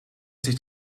sich